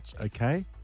Okay